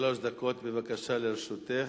שלוש דקות, בבקשה, לרשותך.